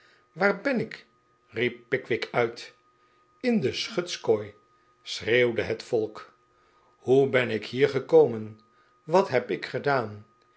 waar ben ik riep pickwick uit in de schutskooi schreeuwde het volk hoe ben ik hier gekomen wat heb ik gedaan